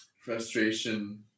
Frustration